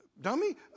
dummy